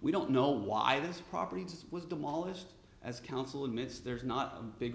we don't know why this property to was demolished as council admits there's not a big